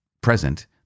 present